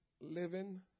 Living